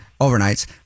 overnights